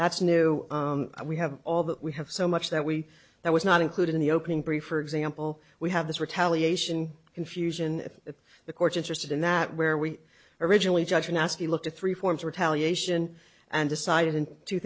that's new we have all that we have so much that we that was not included in the opening three for example we have this retaliation confusion that the courts interested in that where we originally judge nasty looked at three forms retaliation and decided in two